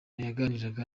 yaganiraga